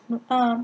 mm uh